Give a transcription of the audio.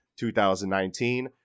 2019